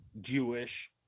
Jewish